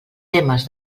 temes